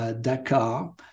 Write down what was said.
Dakar